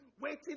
Waiting